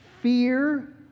fear